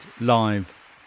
live